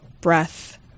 breath